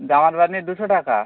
জামার বানি দুশো টাকা